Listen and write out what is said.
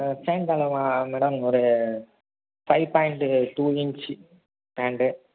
ஆ sign பண்ணுமா madam ஒரு five point two inch pant